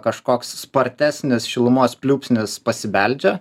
kažkoks spartesnis šilumos pliūpsnis pasibeldžia